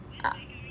ah